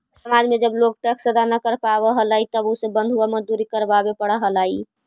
समाज में जब लोग टैक्स अदा न कर पावा हलाई तब उसे बंधुआ मजदूरी करवावे पड़ा हलाई